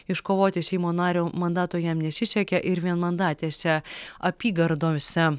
iškovoti seimo nario mandato jam nesisekė ir vienmandatėse apygardose